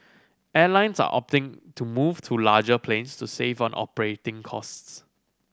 airlines are opting to move to larger planes to save on operating costs